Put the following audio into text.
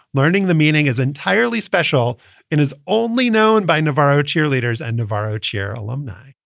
learning the meaning is entirely special and is only known by novarro cheerleaders and novarro chair alumni.